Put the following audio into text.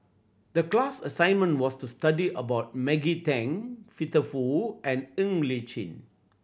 the class assignment was to study about Maggie Teng Peter Fu and Ng Li Chin